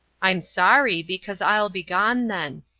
i'm sorry, because i'll be gone then,